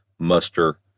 muster